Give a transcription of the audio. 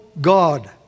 God